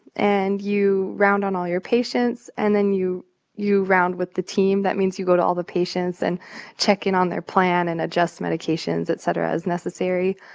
and you round on all your patients. and then you you round with the team. that means you go to all the patients and check in on their plan and adjust medications, et cetera, as necessary.